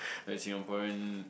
like Singaporean